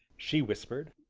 she whispered.